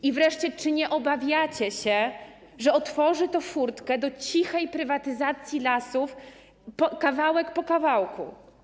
I wreszcie czy nie obawiacie się, że otworzy to furtkę do cichej prywatyzacji lasów, kawałek po kawałku?